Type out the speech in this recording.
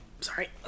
Sorry